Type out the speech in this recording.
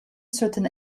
certain